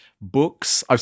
books